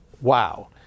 wow